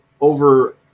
over